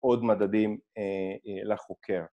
‫עוד מדדים לחוקר.